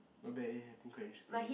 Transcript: not bad eh I think quite interesting eh